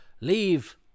Leave